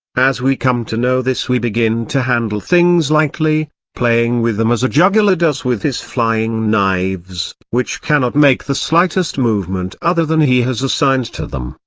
as we come to know this we begin to handle things lightly, playing with them as a juggler does with his flying knives, which cannot make the slightest movement other than he has assigned to them,